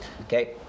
okay